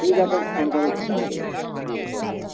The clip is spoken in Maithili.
ठीक हय तऽ हम फोन करैत छी थोड़ा देरमे